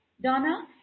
Donna